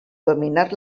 dominar